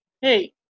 hey